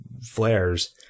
flares